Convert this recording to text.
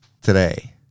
today